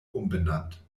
umbenannt